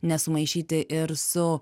nesumaišyti ir su